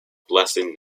blessed